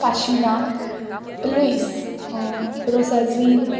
Kashinath Luis रोसाझीन